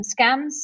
Scams